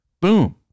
Boom